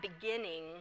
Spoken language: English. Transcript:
beginning